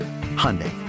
Hyundai